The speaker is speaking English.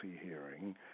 hearing